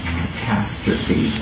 catastrophe